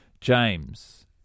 James